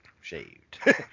Shaved